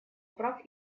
прав